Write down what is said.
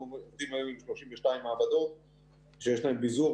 עובדים היום עם 32 מעבדות שיש להן ביזור.